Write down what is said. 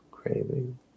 Craving